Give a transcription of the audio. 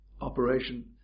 operation